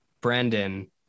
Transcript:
Brandon